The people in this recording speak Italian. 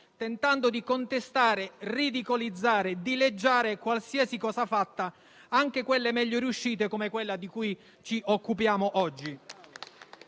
tentando di contestare, ridicolizzare e dileggiare qualsiasi cosa fatta, anche quelle meglio riuscite, come quella di cui ci occupiamo oggi.